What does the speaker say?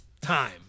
time